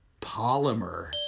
polymer